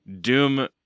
Doom